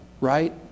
right